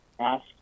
ask